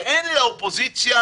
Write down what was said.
ואין לאופוזיציה